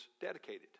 dedicated